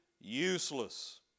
useless